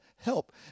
help